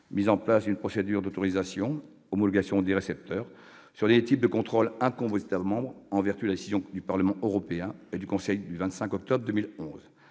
mise en place d'une procédure d'autorisation, homologation des récepteurs, etc. Ce dernier type de contrôle incombe aux États membres, en vertu de la décision du Parlement européen et du Conseil du 25 octobre 2011.